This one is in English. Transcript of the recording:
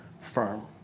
firm